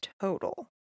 total